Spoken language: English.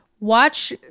Watch